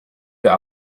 der